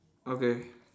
okay